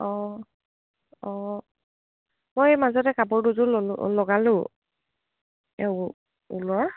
অঁ অঁ মই এই মাজতে কাপোৰ দুযোৰলো লগালোঁ এ ঊলৰ